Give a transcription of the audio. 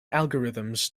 algorithms